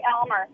Elmer